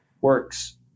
works